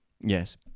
Yes